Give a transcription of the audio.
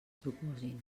proposin